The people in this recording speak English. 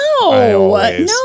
no